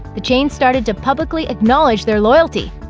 the chain started to publicly acknowledge their loyalty.